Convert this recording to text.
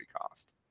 cost